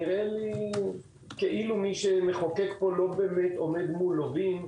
נראה לי כאילו מי שמחוקק פה לא באמת עומד מול לווים.